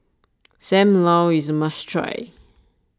Sam Lau is a must try